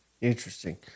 Interesting